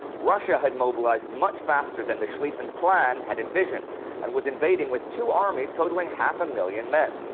russia had mobilized much faster than the schlieffen plan had envisioned and was invading with two armies totally half a million men.